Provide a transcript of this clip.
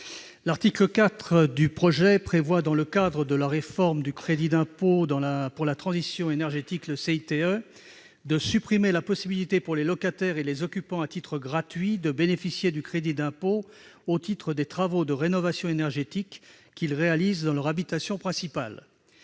et du développement durable. Dans le cadre de la réforme du crédit d'impôt pour la transition énergétique, l'article 4 supprime la possibilité, pour les locataires et les occupants à titre gratuit, de bénéficier de ce crédit d'impôt au titre des travaux de rénovation énergétique qu'ils réalisent dans leur habitation principale.